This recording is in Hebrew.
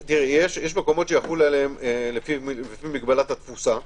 יש מקומות שיחול עליהם לפי מגבלת התפוסה,